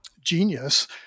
genius